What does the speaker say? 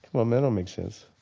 um and make sense.